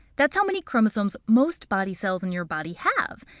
that's how many chromosomes most body cells in your body have.